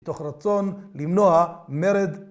מתוך רצון למנוע מרד.